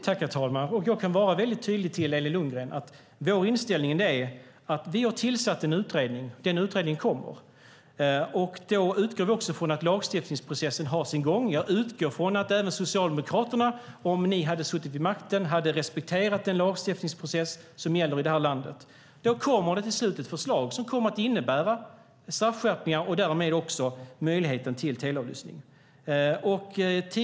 Herr talman! Jag kan vara väldigt tydlig för Elin Lundgren när det gäller vår inställning. Vi har tillsatt en utredning. Den utredningen kommer. Då utgår vi också från att lagstiftningsprocessen har sin gång. Jag utgår från att även Socialdemokraterna, om ni hade suttit vid makten, hade respekterat den lagstiftningsprocess som gäller i det här landet. Då kommer det till slut ett förslag som kommer att innebära straffskärpningar och därmed också möjlighet till teleavlyssning.